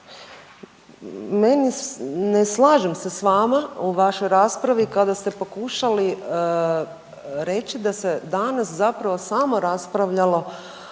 meni, ne slažem se s vama u vašoj raspravi kada ste pokušali reći da se danas zapravo samo raspravljalo